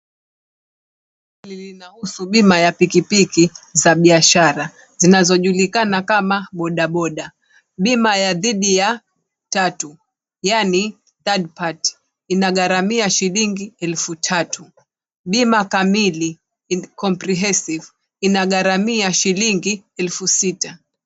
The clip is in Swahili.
Lina husu bima ya pikipiki za biashara zinazo julikana kama bodaboda , bima ya dhidi ya tatu yaani {cs}third party {cs}inagharamia shillingi elfu tatu bima kamili ni {cs}comprehensive{cs} inagharamia shillingi elfu sita.